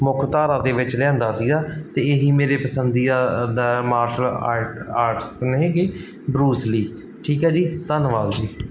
ਮੁੱਖ ਧਾਰਾ ਦੇ ਵਿੱਚ ਲਿਆਂਦਾ ਸੀਗਾ ਅਤੇ ਇਹੀ ਮੇਰੇ ਪਸੰਦੀਦਾ ਦਾ ਮਾਰਸ਼ਲ ਆਰਟ ਆਰਟਸ ਨੇ ਹੈਗੇ ਬਰੂਸ ਲੀ ਠੀਕ ਹੈ ਜੀ ਧੰਨਵਾਦ ਜੀ